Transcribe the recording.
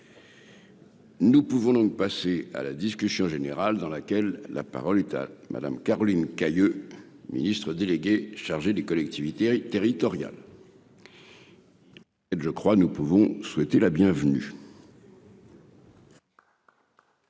Nous pouvons donc passer à la discussion générale dans laquelle la parole est à Madame Caroline Cayeux, ministre déléguée chargée des collectivités territoriales. Et je crois, nous pouvons souhaiter la bienvenue.